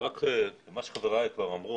מה שחבריי כבר אמרו,